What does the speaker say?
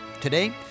today